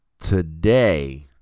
today